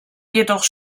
jedoch